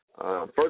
First